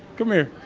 come here,